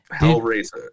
Hellraiser